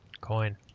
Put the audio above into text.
coin